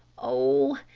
oh,